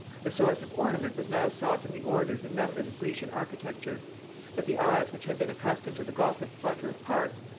the source of ornament was now sought in the orders and members of grecian architecture but the eyes which had been accustomed to the gothic flutter of parts,